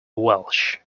welsh